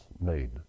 made